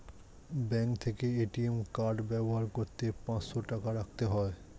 bank থেকে ATM card ব্যবহার করতে পাঁচশো টাকা রাখতে হয়